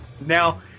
Now